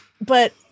But-